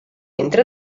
entre